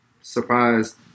surprised